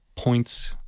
...points